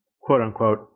quote-unquote